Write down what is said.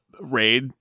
raid